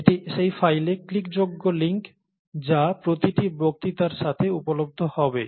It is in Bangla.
এটি সেই ফাইলে ক্লিকযোগ্য লিঙ্ক যা প্রতিটি বক্তৃতার সাথে উপলব্ধ হবে